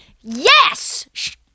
yes